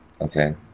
Okay